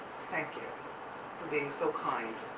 thank you for being so kind.